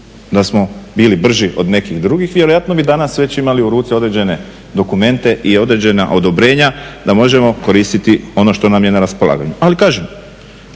da smo bili brži od nekih drugih vjerojatno bi danas već imali u ruci određene dokumente i određena odobrenja da možemo koristiti ono što nam je na raspolaganju. Ali kažem,